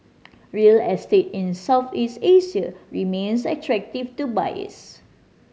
real estate in Southeast Asia remains attractive to buyers